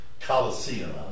Colosseum